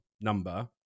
number